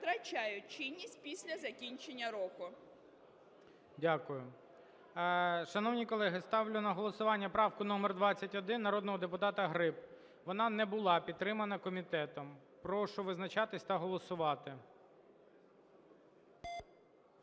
втрачають чинність після закінчення року. ГОЛОВУЮЧИЙ. Дякую. Шановні колеги, ставлю на голосування правку номер 21 народного депутата Гриб. Вона не була підтримана комітетом. Прошу визначатись та голосувати.